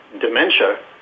dementia